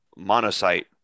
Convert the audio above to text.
monocyte